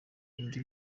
undi